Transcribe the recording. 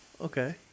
Okay